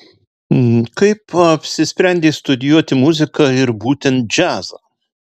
kaip apsisprendei studijuoti muziką ir būtent džiazą